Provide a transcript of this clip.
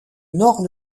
nord